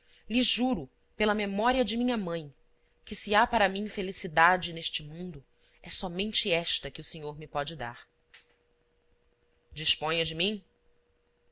lhe juro pela memória de minha mãe que se há para mim felicidade neste mundo é somente esta que o senhor me pode dar disponha de mim